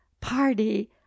Party